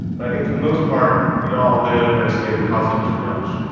but i think for the most part, we all live in a state of constant triage.